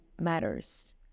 matters